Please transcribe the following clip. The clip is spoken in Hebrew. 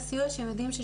כי הם יודעים שהם יאותרו.